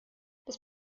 das